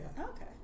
Okay